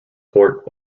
port